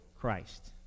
Christ